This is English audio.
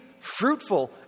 fruitful